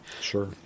sure